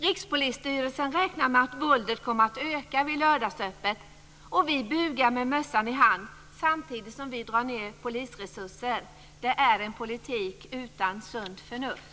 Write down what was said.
Rikspolisstyrelsen räknar med att våldet kommer att öka vid lördagsöppet, och vi bugar med mössan i hand samtidigt som vi drar ned polisresurser. Det är en politik utan sunt förnuft.